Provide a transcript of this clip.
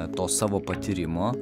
to savo patyrimo